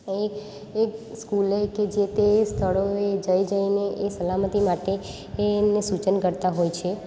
એ એ સ્કૂલે કે જેતે સ્થળે જઈ જઈને એ સલામતી માટે એ એમને સૂચન કરતાં હોય છે